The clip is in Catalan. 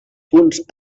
punts